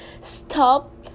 Stop